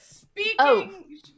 Speaking